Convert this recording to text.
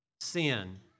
sin